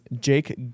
Jake